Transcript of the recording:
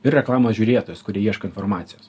ir reklamos žiūrėtojus kurie ieško informacijos